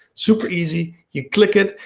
super easy, you click it,